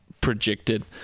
projected